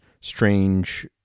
strange